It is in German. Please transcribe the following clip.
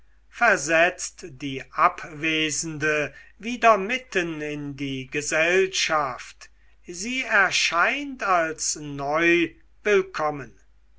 versetzt die abwesende wieder mitten in die gesellschaft sie erscheint als neu